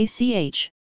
ACH